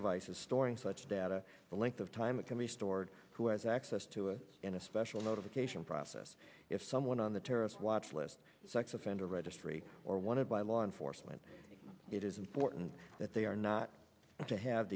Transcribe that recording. devices story such data the length of time it can be stored who has access to it in a special notification process if someone on the terrorist watch list sex offender registry or wanted by law enforcement it is important that they are not to have